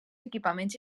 equipaments